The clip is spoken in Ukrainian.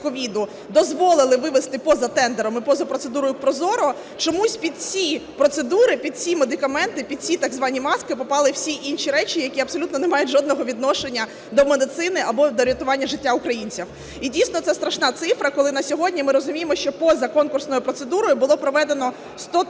дозволили вивести поза тендером і поза процедурою ProZorro, чомусь під ці процедури, під ці медикаменти, під ці так звані маски попали всі інші речі, які абсолютно не мають жодного відношення до медицини або до рятування життя українців. І, дійсно, це страшна цифра, коли на сьогодні ми розуміємо, що поза конкурсною процедурою було проведено 130 тисяч